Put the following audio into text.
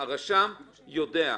הרשם יודע.